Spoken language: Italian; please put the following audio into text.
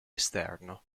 esterno